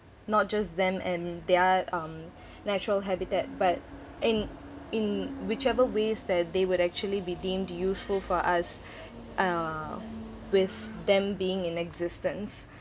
not just them and their um natural habitat but in in whichever ways that they would actually be deemed useful for us uh with them being in existence